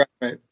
Right